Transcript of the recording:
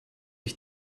ich